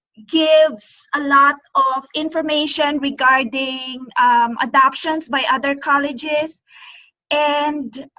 gives a lot of information regarding adoptions by other colleges and